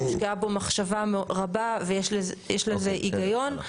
הושקעה בו מחשבה רבה ויש לזה היגיון.